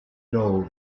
know